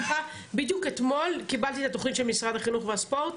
בדיוק אתמול קיבלתי את התכנית של משרד החינוך והספורט,